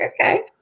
okay